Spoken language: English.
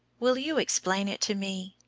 will you explain it to me?